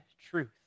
truth